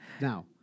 Now